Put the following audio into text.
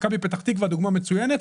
מכבי פתח תקווה דוגמה מצוינת,